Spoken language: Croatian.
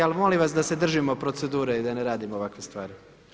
Ali molim vas da se držimo procedure i da ne radimo ovakve stvari.